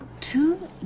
Two